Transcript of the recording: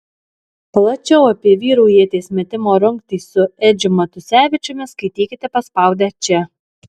plačiau apie vyrų ieties metimo rungtį su edžiu matusevičiumi skaitykite paspaudę čia